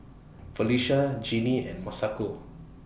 Felisha Jeanie and Masako